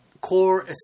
core